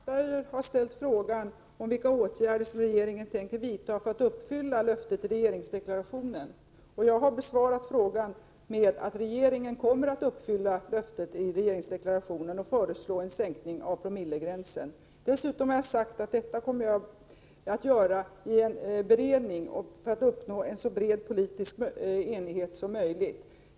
Herr talman! Anders Castberger har frågat vilka åtgärder som regeringen tänker vidta för att uppfylla löftet i regeringsdeklarationen, och jag har besvarat frågan med att regeringen kommer att uppfylla löftet i regeringsdeklarationen och föreslå en sänkning av promillegränsen. Dessutom har jag sagt att jag kommer att låta göra en beredning för att uppnå en så bred politisk enighet som möjligt.